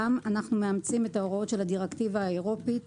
אנחנו מאמצים את ההוראות של הדירקטיבה האירופית